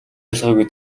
ялгаагүй